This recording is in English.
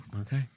Okay